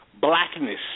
blackness